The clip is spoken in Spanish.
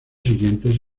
siguientes